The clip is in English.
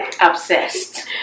Obsessed